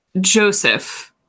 Joseph